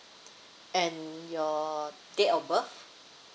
and your date of birth